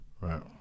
Right